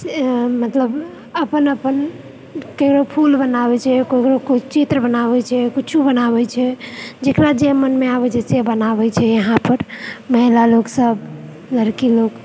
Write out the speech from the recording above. से मतलब अपन अपन केकरो फूल बनाबै छै ककरो कोइ चित्र बनाबै छै किछु बनाबै छै जेकरा जे मनमे आबैत छै से बनाबै छै इहाँ पर महिला लोक सभ लड़की लोक